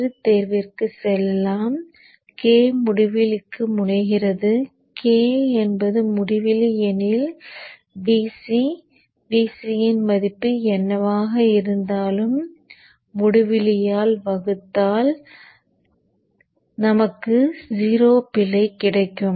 வேறு தேர்விற்கு செல்லலாம் k முடிவிலிக்கு முனைகிறது k என்பது முடிவிலி எனில் Vc Vc இன் மதிப்பு என்னவாக இருந்தாலும் முடிவிலியால் வகுத்தால் எனக்கு 0 பிழை கிடைக்கும்